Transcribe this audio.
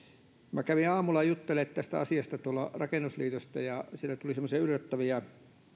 minä kävin aamulla juttelemassa tästä asiasta tuolla rakennusliitossa ja siellä tuli semmoisia yllättäviä